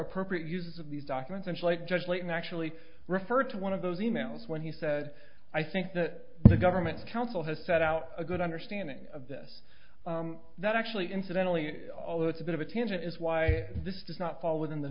appropriate use of these documents and like judge leighton actually referred to one of those e mails when he said i think that the government counsel has set out a good understanding of this that actually incidentally although it's a bit of a tangent is why this does not fall within the